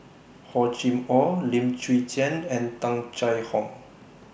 Hor Chim Or Lim Chwee Chian and Tung Chye Hong